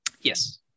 Yes